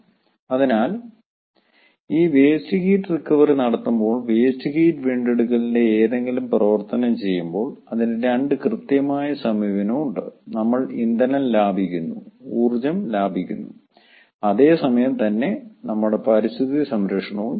അതിനാൽ ഈ waste heat recovery നടത്തുമ്പോൾ വേസ്റ്റ് ഹീറ്റ് വീണ്ടെടുക്കലിന്റെ ഏതെങ്കിലും പ്രവർത്തനം ചെയ്യുമ്പോൾ അതിന് 2 കൃത്യമായ സമീപനം ഉണ്ട്നമ്മൾ ഇന്ധനം ലാഭിക്കുന്നു ഊർജ്ജം ലാഭിക്കുന്നു അതേ സമയം തന്നെ നമ്മുടെ പരിസ്ഥിതി സംരക്ഷണവും ചെയുന്നൊണ്ട്